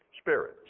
spirit